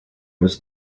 was